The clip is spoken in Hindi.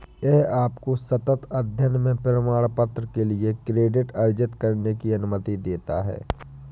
यह आपको सतत अध्ययन में प्रमाणपत्र के लिए क्रेडिट अर्जित करने की अनुमति देता है